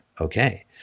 okay